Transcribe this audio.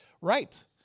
Right